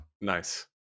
Nice